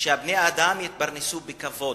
שבני-אדם יתפרנסו בכבוד,